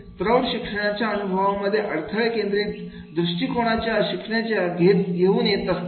प्रौढ शिकण्याच्या अनुभवांमध्ये अडथळे केंद्रित दृष्टिकोन शिकण्यासाठी घेऊन येत असतात